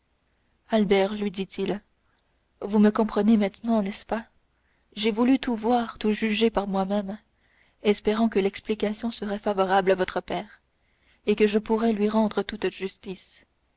albert lui dit-il vous me comprenez maintenant n'est-ce pas j'ai voulu tout voir tout juger par moi-même espérant que l'explication serait favorable à votre père et que je pourrais lui rendre toute justice